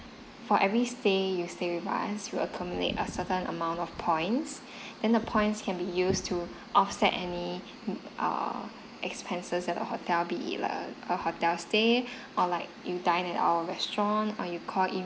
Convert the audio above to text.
for every stay you stay with us will accumulate a certain amount of points then the points can be used to offset any err expenses at a hotel be it lah or hotel stay or like you dine at our restaurant or you call in